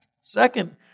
Second